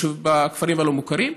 בכפרים הלא-מוכרים,